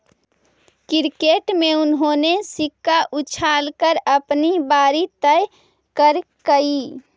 cricket में उन्होंने सिक्का उछाल कर अपनी बारी तय करकइ